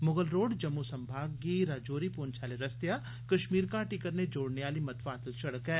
Mughal road Jammu संभाग गी राजौरी पुंछ आले रस्तेया कश्मीर घाटी कन्नै जोड़ने आली मतवादल सड़क ऐ